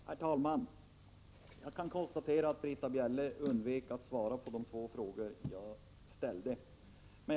Herr talman! Jag kan konstatera att Britta Bjelle undvek att svara på de två frågor jag ställde.